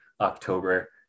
October